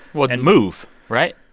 well, and move, right?